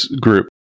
group